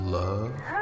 love